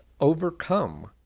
overcome